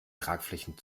tragflächen